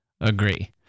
agree